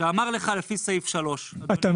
שאמר לך לפי סעיף 3 --- עידן,